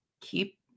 keep